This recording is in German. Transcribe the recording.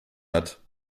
hat